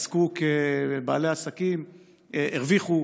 בעלי עסקים שהרוויחו,